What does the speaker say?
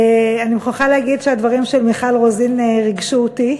אני מוכרחה להגיד שהדברים של מיכל רוזין ריגשו אותי,